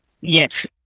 yes